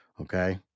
okay